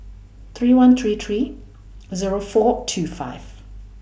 three one three three Zero four two five